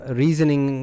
reasoning